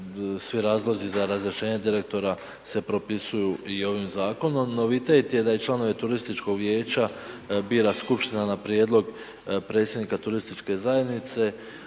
svi razlozi za razrješenje direktora se propisuju i ovim zakonom. Novitet je da članove turističkog vijeća bira skupština na prijedlog predsjednika turističke zajednice